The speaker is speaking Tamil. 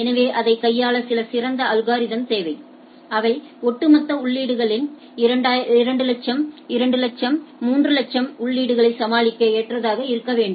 எனவே இதைக் கையாள சில சிறந்த அல்கோரிதம்ஸ் தேவை அவை ஒட்டுமொத்த உள்ளீடுகளில் 200000 200000 300000 உள்ளீடுகளை சமாளிக்க ஏற்றதாக இருக்க வேண்டும்